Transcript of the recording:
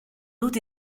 doute